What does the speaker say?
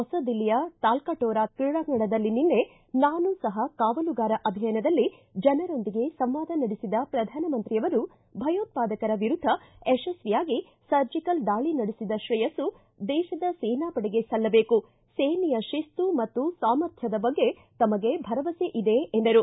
ಹೊಸ ದಿಲ್ಲಿಯ ತಾಲ್ಮ್ಟೋರಾ ಕ್ರೀಡಾಂಗಣದಲ್ಲಿ ನಿನ್ನೆ ನಾನು ಸಹ ಕಾವಲುಗಾರ ಅಭಿಯಾನದಲ್ಲಿ ಜನರೊಂದಿಗೆ ಸಂವಾದ ನಡೆಸಿದ ಪ್ರಧಾನಮಂತ್ರಿ ಭಯೋತ್ವಾದಕರ ವಿರುದ್ದ ಯಶಸ್ವಿಯಾಗಿ ಸರ್ಜಿಕಲ್ ದಾಳಿ ನಡೆಸಿದ ತ್ರೇಯಸ್ಸು ದೇಶದ ಸೇನಾಪಡೆಗೆ ಸಲ್ಲಬೇಕು ಸೇನೆಯ ಶಿಸ್ತು ಮತ್ತು ಸಾಮರ್ಥ್ಯದ ಬಗ್ಗೆ ತಮಗೆ ಭರವಸೆ ಇದೆ ಎಂದರು